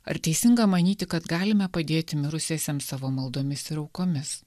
ar teisinga manyti kad galime padėti mirusiesiems savo maldomis ir aukomis